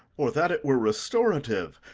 or that it were restorative,